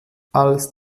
als